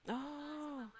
oh